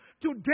Today